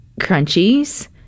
crunchies